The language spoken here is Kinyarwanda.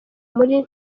muri